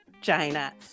China